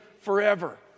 forever